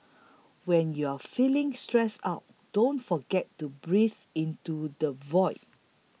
when you are feeling stressed out don't forget to breathe into the void